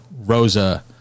Rosa